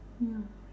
yeah